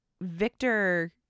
Victor